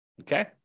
okay